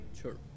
Sure